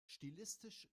stilistisch